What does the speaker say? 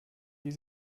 die